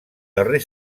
darrer